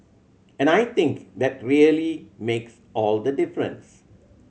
and I think that really makes all the difference